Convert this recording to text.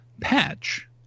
patch